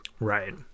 Right